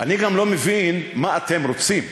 גם אני לא מבין מה אתם רוצים.